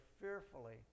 fearfully